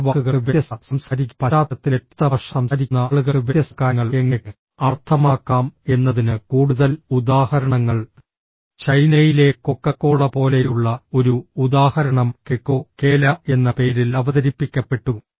ഒരേ വാക്കുകൾക്ക് വ്യത്യസ്ത സാംസ്കാരിക പശ്ചാത്തലത്തിൽ വ്യത്യസ്ത ഭാഷ സംസാരിക്കുന്ന ആളുകൾക്ക് വ്യത്യസ്ത കാര്യങ്ങൾ എങ്ങനെ അർത്ഥമാക്കാം എന്നതിന് കൂടുതൽ ഉദാഹരണങ്ങൾ ചൈനയിലെ കൊക്കക്കോള പോലെയുള്ള ഒരു ഉദാഹരണം കെയ്കോ കേല എന്ന പേരിൽ അവതരിപ്പിക്കപ്പെട്ടു